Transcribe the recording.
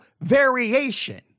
variation